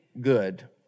good